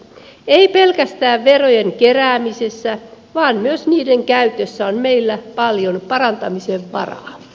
ei pelkästään verojen keräämisessä vaan myös niiden käytössä on meillä paljon parantamisen varaa